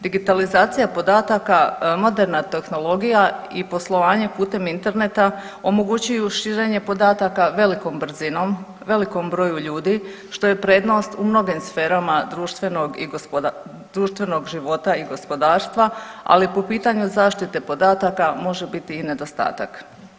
Digitalizacija podataka, moderna tehnologija i poslovanje putem interneta omogućuju širenje podataka velikom brzinom velikom broju ljudi što je prednost u mnogim sferama društvenog i gospoda…, društvenog života i gospodarstva ali po pitanju zaštite podataka može biti i nedostatak.